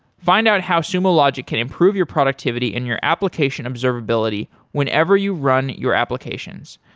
find out how sumo logic can improve your productivity and your application observability whenever you run your applications.